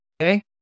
okay